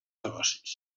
negocis